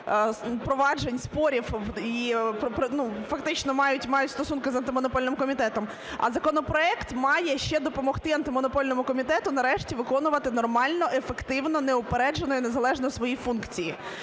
проваджень, спорів і фактично мають стосунки з Антимонопольним комітетом, а законопроект має ще допомогти Антимонопольному комітету нарешті виконувати нормально, ефективно, неупереджено і незалежно свої функції.